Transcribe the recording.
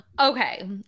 okay